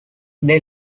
they